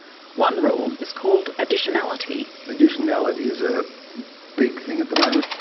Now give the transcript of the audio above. one rule is called additionality. additionality is a big thing at the moment.